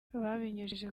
babinyujije